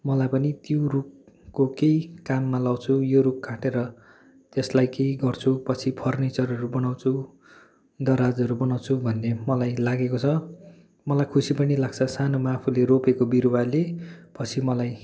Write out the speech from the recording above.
मलाई पनि त्यो रुखको केही काममा लगाउँछु यो रुख काटेर त्यसलाई केही गर्छु पछि फर्निचरहरू बनाउँछु दराजहरू बनाउँछु भन्ने मलाई लागेको छ मलाई खुसी पनि लाग्छ सानोमा आफुले रोपेको बिरुवाले पछि मलाई